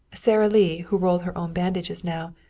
sara lee, who rolled her own bandages now,